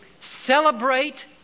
celebrate